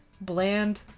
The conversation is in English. bland